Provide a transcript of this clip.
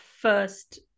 first